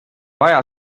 vaja